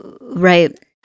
Right